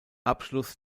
abschluss